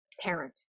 parent